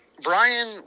Brian